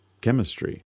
chemistry